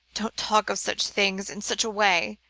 don't talk of such things in such a way,